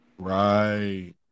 Right